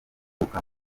uvuka